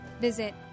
visit